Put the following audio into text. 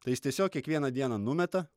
tai jis tiesiog kiekvieną dieną numeta